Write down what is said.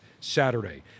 Saturday